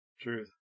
Truth